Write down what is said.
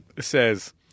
says